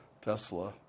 Tesla